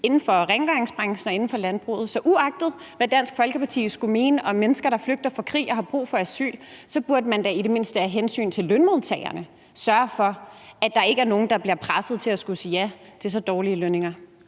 inden for rengøringsbranchen og inden for landbruget. Så uagtet hvad Dansk Folkeparti skulle mene om mennesker, der flygter fra krig og har brug for asyl, så burde man da i det mindste af hensyn til lønmodtagerne sørge for, at der ikke er nogen, der bliver presset til at skulle sige ja til så dårlige lønninger.